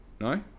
no